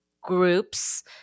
groups